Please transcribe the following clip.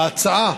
ההצעה